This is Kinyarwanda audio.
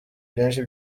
byinshi